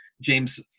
James